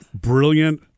brilliant